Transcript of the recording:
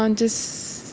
um just.